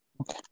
Okay